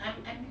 I'm I'm